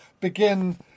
begin